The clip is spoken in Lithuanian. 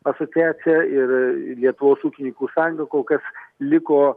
asociacija ir lietuvos ūkininkų sąjunga kol kas liko